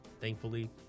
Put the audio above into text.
thankfully